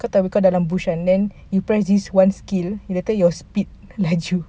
kau tahu kau dalam bush kan then you press this one skill later your speed laju